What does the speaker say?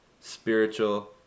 spiritual